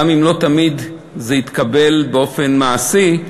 גם אם לא תמיד הדבר התקבל באופן מעשי.